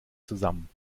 zusammen